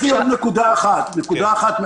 יש לי עוד נקודה אחת חשובה באמת.